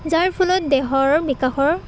যাৰ ফলত দেহৰ বিকাশৰ